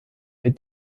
ihr